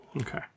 Okay